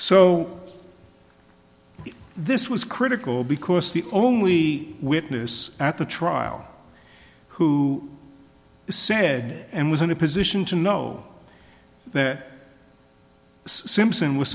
so this was critical because the only witness at the trial who said and was in a position to know that simpson was